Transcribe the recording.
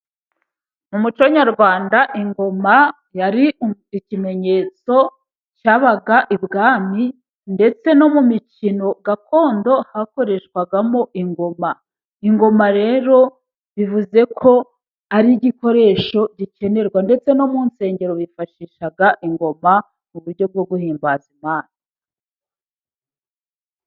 Mu muco nyarwanda ingoma yari ikimenyetso cyabaga ibwami, ndetse no mu mikino gakondo hakoreshwagamo ingoma. Ingoma rero bivuze ko ari igikoresho gikenerwa, ndetse no mu nsengero bifashisha ingoma, mu buryo bwo guhimbaza imana.